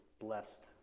blessed